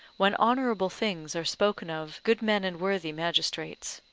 when honourable things are spoken of good men and worthy magistrates